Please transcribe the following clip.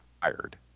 hired